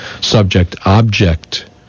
subject-object